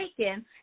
taken